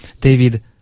David